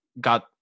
got